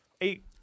eight